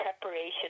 preparation